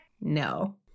No